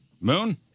Moon